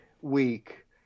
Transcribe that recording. week